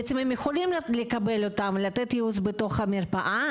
בעצם הם יכולים לקבל ולתת ייעוץ בתוך המרפאה,